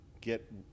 get